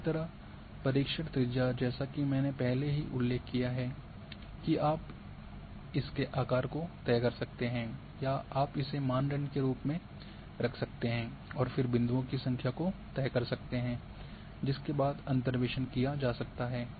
इसी तरह परिक्षण त्रिज्या जैसा कि मैंने पहले ही उल्लेख किया है कि आप इसके आकार को तय कर सकते हैं या आप इसे मानदंड के रूप में रख सकते हैं और फिर बिन्दुओं की संख्या को तय कर सकते हैं जिसके बाद अंतर्वेसन किया जा सकता है